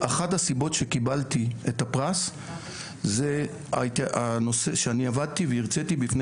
אחת הסיבות שקיבלתי את הפרס זה הנושא שאני עבדתי והרצתי בפני